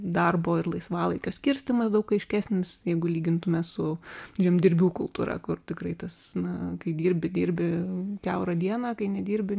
darbo ir laisvalaikio skirstymas daug aiškesnis jeigu lygintume su žemdirbių kultūra kur tikrai tas na kai dirbi dirbi kiaurą dieną kai nedirbi